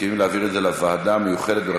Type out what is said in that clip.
יושבת אצלי בוועדה היועצת המשפטית של ועדת העבודה,